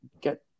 get